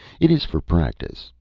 it is for practice.